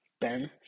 Ben